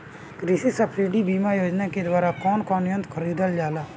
कृषि सब्सिडी बीमा योजना के द्वारा कौन कौन यंत्र खरीदल जाला?